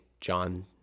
John